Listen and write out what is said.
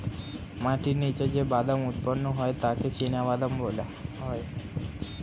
মাটির নিচে যে বাদাম উৎপন্ন হয় তাকে চিনাবাদাম বলা হয়